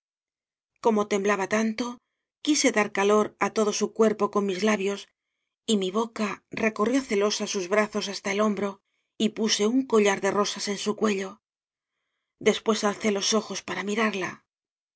como temblaba tanto quise dar calor á todo su cuerpo con mis labios y mi boca recorrió celosa sus brazos hasta el hombro y puse un collar de rosas en su cuello después alcé los ojos para mirarla